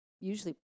usually